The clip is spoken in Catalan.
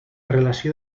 relació